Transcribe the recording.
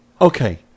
Okay